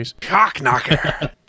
Cockknocker